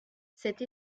cette